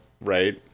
right